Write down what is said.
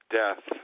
death